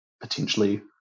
potentially